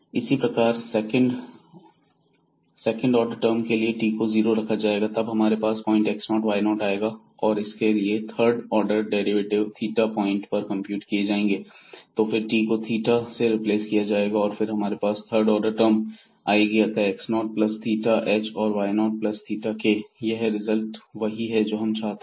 इसी प्रकार second order term के लिए t को जीरो रखा जाएगा तब हमारे पास पॉइंट x0 y0 आएगा और इसके लिए third order derivative theta point पर कंप्यूट किए जाएंगे तो फिर t को थीटा से रिप्लेस किया जाएगा और फिर हमारे पास थर्ड ऑर्डर टर्म आएंगी अतः x0 प्लस थीटा h और y0 प्लस थीटा k और यह रिजल्ट वही है जो हम चाहते थे